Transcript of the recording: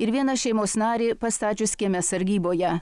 ir vieną šeimos narį pastačius kieme sargyboje